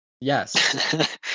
Yes